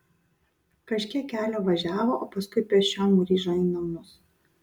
kažkiek kelio važiavo o paskui pėsčiom grįžo į namus